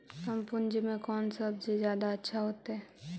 कम पूंजी में कौन सब्ज़ी जादा अच्छा होतई?